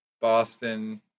Boston